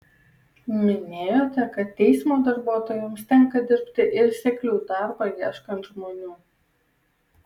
minėjote kad teismo darbuotojams tenka dirbti ir seklių darbą ieškant žmonių